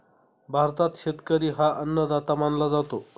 भारतात शेतकरी हा अन्नदाता मानला जातो